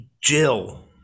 Jill